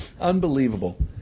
Unbelievable